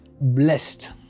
blessed